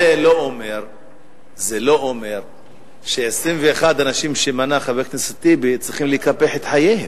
זה לא אומר ש-21 אנשים שמנה חבר הכנסת טיבי צריכים לקפח את חייהם.